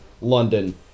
London